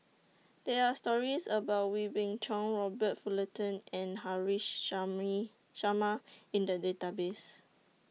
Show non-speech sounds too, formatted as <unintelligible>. There Are stories about Wee Beng Chong Robert Fullerton and Haresh <unintelligible> Sharma in The Database